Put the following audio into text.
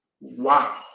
Wow